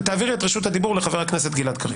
תעבירי את רשות הדיבור לחבר הכנסת גלעד קריב.